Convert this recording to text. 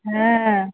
ହଁ